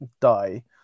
die